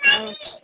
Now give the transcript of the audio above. ହଉ